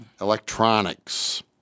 electronics